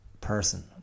person